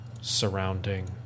surrounding